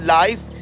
life